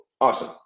awesome